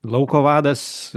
lauko vadas